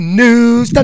news